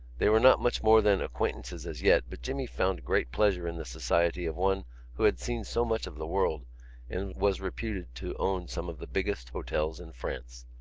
they were not much more than acquaintances as yet but jimmy found great pleasure in the society of one who had seen so much of the world and was reputed to own some of the biggest hotels in france.